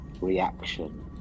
reaction